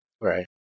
Right